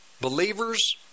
believers